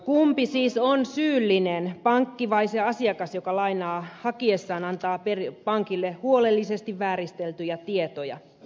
kumpi siis on syyllinen pankki vai se asiakas joka lainaa hakiessaan antaa pankille huolellisesti vääristeltyjä tietoja